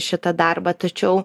šitą darbą tačiau